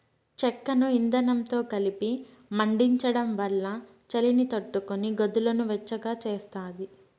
చెక్కను ఇందనంతో కలిపి మండించడం వల్ల చలిని తట్టుకొని గదులను వెచ్చగా చేస్తాది